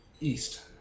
east